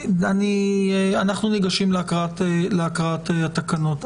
אנחנו ניגשים להקראת התקנות.